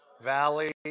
valley